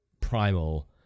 primal